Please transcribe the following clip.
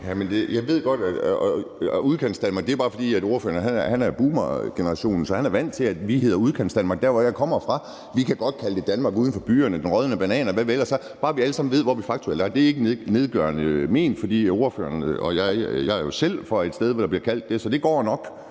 Jeg siger det bare, fordi jeg er af boomergenerationen, så jeg er vant til, at det hedder Udkantsdanmark, hvor jeg kommer fra. Vi kan godt kalde det Danmark uden for byerne, den rådne banan, og hvad vi ellers gør, bare vi alle sammen ved, hvor vi faktuelt er. Det er ikke ment nedgørende, og jeg er jo som ordføreren selv fra et sted, som bliver kaldt det, så det går nok,